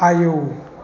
आयौ